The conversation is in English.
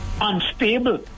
unstable